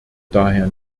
daher